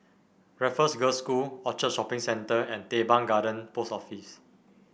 Raffles Girls' School Orchard Shopping Centre and Teban Garden Post Office